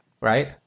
right